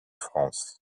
france